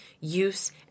use